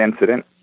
incident